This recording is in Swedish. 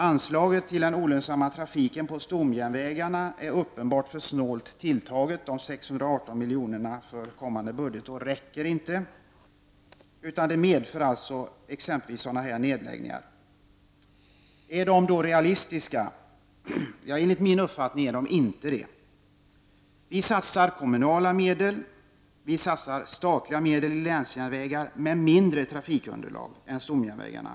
Anslaget till den olönsamma trafiken på stomjärnvägarna är uppenbarligen för snålt tilltaget. 618 milj.kr. för kommande budgetår räcker inte, och det medför t.ex. sådana här nedläggningar. Är de realistiska? Enligt min uppfattning är de inte det. Vi satsar kommunala medel och statliga medel i länsjärnvägar med mindre trafikunderlag än stomjärnvägarna.